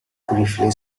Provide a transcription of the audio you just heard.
briefly